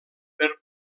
per